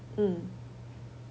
mm